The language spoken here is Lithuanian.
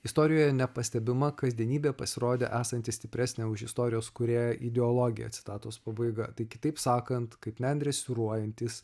istorijoje nepastebima kasdienybė pasirodė esanti stipresnė už istorijos kūrėjo ideologiją citatos pabaiga tai kitaip sakant kaip nendrė siūruojantys